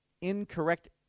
incorrect